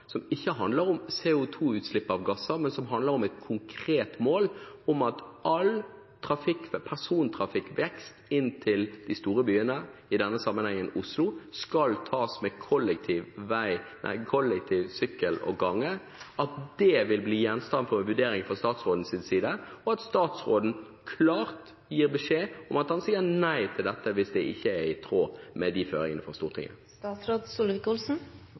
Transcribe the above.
som ikke handler om CO2-utslipp av gasser, men et konkret mål om at all persontrafikkvekst inn til de store byene, i denne sammenhengen Oslo, skal tas med kollektivtrafikk, sykkel og gange – vil bli gjenstand for vurdering fra statsrådens side, og at statsråden klart gir beskjed om at han sier nei til dette dersom det ikke er i tråd med disse føringene fra Stortinget? Dette jobber vi med ut fra de føringene.